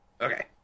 Okay